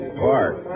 park